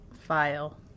file